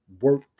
work